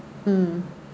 mm